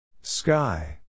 Sky